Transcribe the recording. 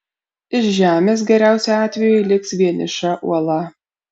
iš žemės geriausiu atveju liks vieniša uola